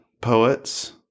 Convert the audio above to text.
Poets